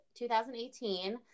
2018